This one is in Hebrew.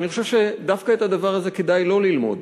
אני חושב שדווקא את הדבר הזה כדאי לא ללמוד